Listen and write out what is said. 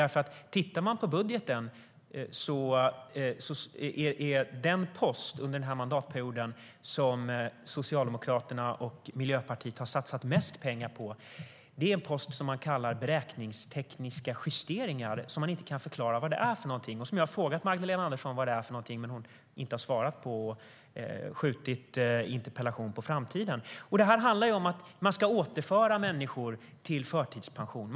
Om man tittar på budgeten ser man att den post under denna mandatperiod som Socialdemokraterna och Miljöpartiet har satsat mest pengar på är en post som man kallar för beräkningstekniska justeringar och som man inte kan förklara vad det är. Jag har frågat Magdalena Andersson vad det är för något, men hon har inte svarat på det utan har skjutit interpellationen på framtiden. Det handlar om att man ska återföra människor till förtidspension.